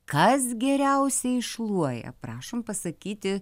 kas geriausiai šluoja prašom pasakyti